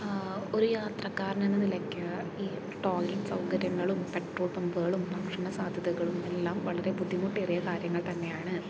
ഒരു യാത്രക്കാരനെന്ന നിലയ്ക്ക് ഈ ടോയ്ലറ്റ് സൗകര്യങ്ങളും പെട്രോൾ പമ്പുകളും ഭക്ഷണ സാധ്യതകളും എല്ലാം വളരെ ബുദ്ധിമുട്ടേറിയ കാര്യങ്ങൾ തന്നെയാണ്